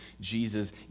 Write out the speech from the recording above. Jesus